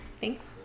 Thanks